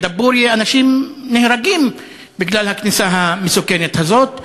בדבורייה אנשים נהרגים בגלל הכניסה המסוכנת הזאת,